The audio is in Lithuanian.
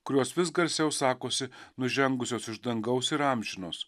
kurios vis garsiau sakosi nužengusios iš dangaus ir amžinos